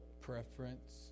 preference